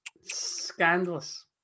scandalous